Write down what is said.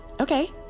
Okay